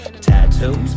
Tattoos